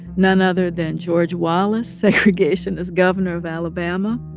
none other than george wallace, segregationist governor of alabama.